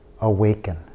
awaken